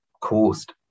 caused